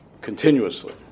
continuously